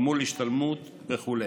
גמול השתלמות וכו'.